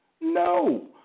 No